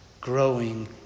growing